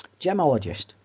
Gemologist